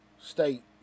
state